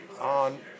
On